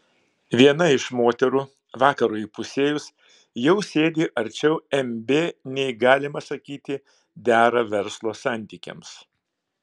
viena iš moterų vakarui įpusėjus jau sėdi arčiau mb nei galima sakyti dera verslo santykiams